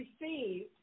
received